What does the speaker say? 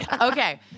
Okay